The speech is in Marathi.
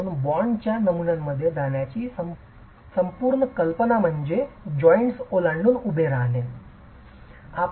म्हणूनच बॉण्डच्या नमुन्यांमध्ये जाण्याची संपूर्ण कल्पना म्हणजे जॉइन्ट्स ओलांडून उभे उभे राहणे